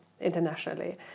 internationally